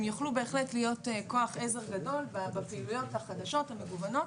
הם בהחלט יוכלו להיות כוח עזר גדול בפעילויות החדשות והמגוונות